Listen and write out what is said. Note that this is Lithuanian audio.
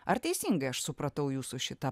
ar teisingai aš supratau jūsų šitą